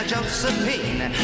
Josephine